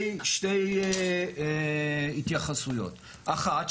שתי התייחסויות: אחת,